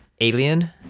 Alien